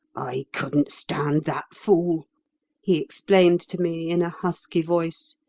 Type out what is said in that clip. i couldn't stand that fool he explained to me in a husky voice.